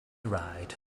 ride